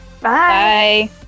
bye